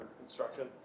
construction